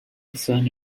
discern